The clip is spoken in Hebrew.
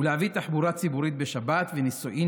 ולהבאת תחבורה ציבורית בשבת ונישואים